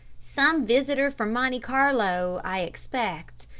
some visitor from monte carlo, i expect.